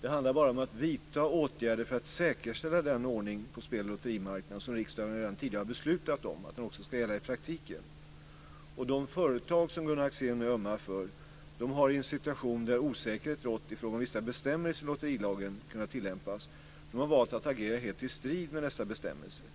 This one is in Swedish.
Det handlar bara om att vidta åtgärder för att säkerställa den ordning på speloch lotterimarknaden som riksdagen redan tidigare har beslutat om. Den ska också gälla i praktiken. De företag som Gunnar Axén nu ömmar för har i en situation där osäkerhet har rått i fråga om hur vissa bestämmelser i lotterilagen har kunnat tillämpas valt att agera helt i strid med dessa bestämmelser.